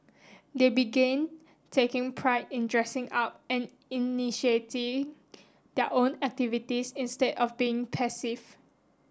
they began taking pride in dressing up and initiating their own activities instead of being passive